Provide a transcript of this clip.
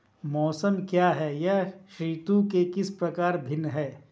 मौसम क्या है यह ऋतु से किस प्रकार भिन्न है?